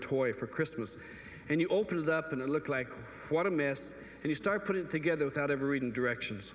toy for christmas and you open it up and it looks like what a mess and you start put it together without ever reading directions